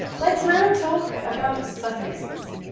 let's now talk about suffixes.